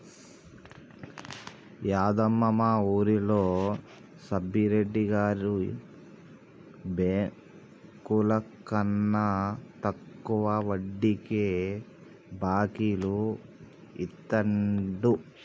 యాదమ్మ, మా వూరిలో సబ్బిరెడ్డి గారు బెంకులకన్నా తక్కువ వడ్డీకే బాకీలు ఇత్తండు